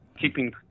Keeping